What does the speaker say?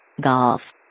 Golf